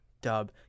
dub